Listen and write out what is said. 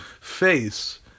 face